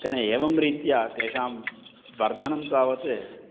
तेन एवं रीत्या तेषां वर्धनं तावत्